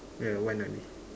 ya one only